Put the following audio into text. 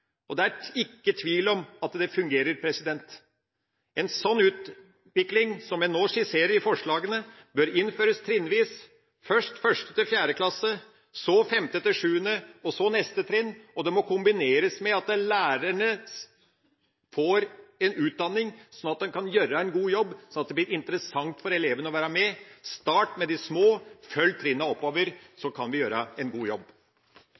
Og det er ikke tvil om at det fungerer. En slik utvikling som en nå skisserer i forslagene, bør innføres trinnvis: Først 1.–4. klasse, så 5.–7. klasse, og så neste trinn, og det må kombineres med at lærerne får en utdanning sånn at en kan gjøre en god jobb, og sånn at det blir interessant for elevene å være med. Start med de små, følg trinnene oppover – så kan vi gjøre en god jobb.